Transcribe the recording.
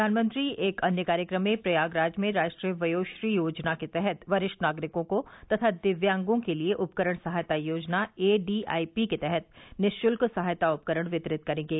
प्रधानमंत्री एक अन्य कार्यक्रम में प्रयागराज में राष्ट्रीय वयोश्री योजना के तहत वरिष्ठ नागरिकों को तथा दिव्यागों के लिए उपकरण सहायता योजना एडीआईपी के तहत निःशुल्क सहायता उपकरण वितरित करेंगे